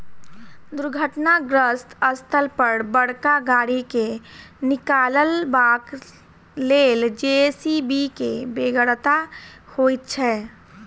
दुर्घटनाग्रस्त स्थल पर बड़का गाड़ी के निकालबाक लेल जे.सी.बी के बेगरता होइत छै